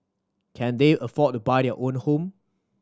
can they afford to buy their own home